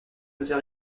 auteur